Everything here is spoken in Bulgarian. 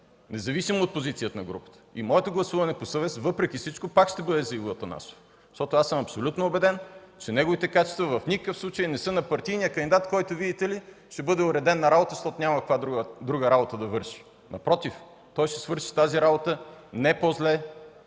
независимо от позицията на групата. Моето гласуване по съвест, въпреки всичко, пак ще бъде за Иво Атанасов, защото съм абсолютно убеден, че неговите качества в никакъв случай не са на партийния кандидат, който видите ли, ще бъде уреден на работа, защото няма каква друга работа да върши. Напротив, той ще свърши тази работа не по зле